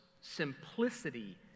simplicity